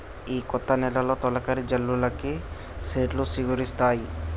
ఈ కొత్త నెలలో తొలకరి జల్లులకి సెట్లు సిగురిస్తాయి